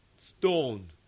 stone